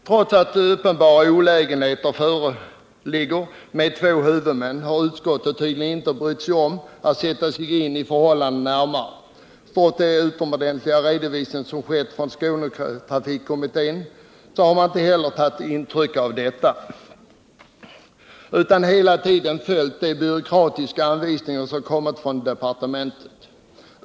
Trots att uppenbara olägenheter redovisats när det gäller ett system med två huvudmän har utskottet tydligen inte brytt sig om att närmare sätta sig in i förhållandena. Man har inte heller tagit intryck av den utomordentliga redovisning som skett från Skånetrafikkommitténs sida. Utskottet har i stället hela tiden följt de byråkratiska anvisningar som lämnats av departementet.